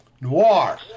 Noir